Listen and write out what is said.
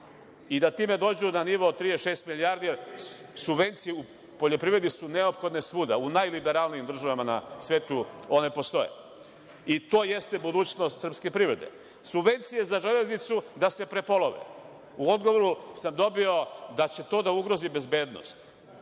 i da time dođu na nivo od 36 milijardi. Subvencije u poljoprivredi su neophodne svuda, u najliberalnijim državama na svetu one postoje. To jeste budućnost srpske privrede. Subvencije za železnicu da se prepolove. U odgovoru sam dobio da će to da ugrozi bezbednost.